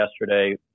yesterday